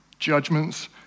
judgments